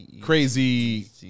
crazy